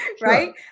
Right